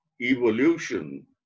evolution